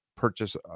purchase